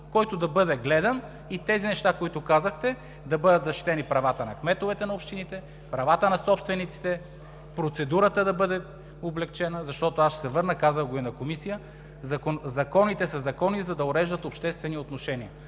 който да бъде гледан, и тези неща, които казахте – да бъдат защитени правата на кметовете на общините, правата на собствениците, процедурата да бъде облекчена – защото, ще се върна, казах го и на Комисията: законите са закони, за да уреждат обществени отношения.